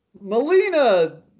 Melina